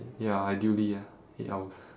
ya ideally ah eight hours